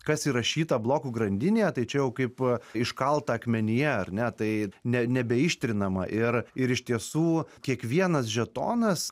kas įrašyta blokų grandinėje tai čia jau kaip iškalta akmenyje ar ne tai ne nebeištrinama ir ir iš tiesų kiekvienas žetonas